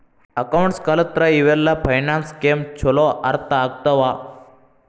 accounts ಕಲತ್ರ ಇವೆಲ್ಲ finance scheme ಚೊಲೋ ಅರ್ಥ ಆಗ್ತವಾ